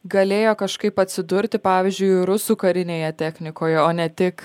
galėjo kažkaip atsidurti pavyzdžiui rusų karinėje technikoje o ne tik